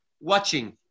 watching